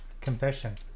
confession